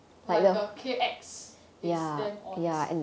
like uh K_X is damn ons